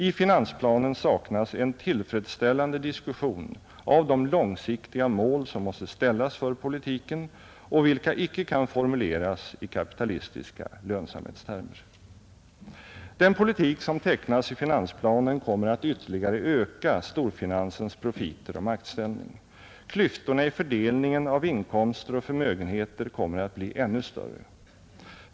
I finansplanen saknas en tillfredsställande diskussion av de långsiktiga mål som måste ställas för politiken och vilka icke kan formuleras i kapitalistiska lönsamhetstermer. Den politik som tecknas i finansplanen kommer att ytterligare öka storfinansens profiter och maktställning. Klyftorna i fördelningen av inkomster och förmögenheter kommer att bli ännu större.